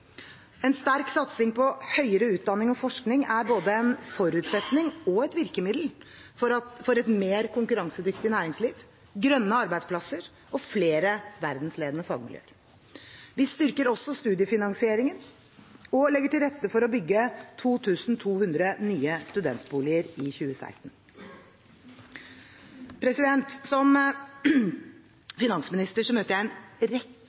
En sterk satsing på høyere utdanning og forskning er både en forutsetning og et virkemiddel for et mer konkurransedyktig næringsliv, grønne arbeidsplasser og flere verdensledende fagmiljøer. Vi styrker også studiefinansieringen og legger til rette for å bygge 2 200 nye studentboliger i 2016. Som finansminister møter jeg en rekke